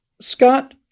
Scott